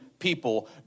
people